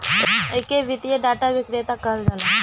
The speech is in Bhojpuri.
एके वित्तीय डाटा विक्रेता कहल जाला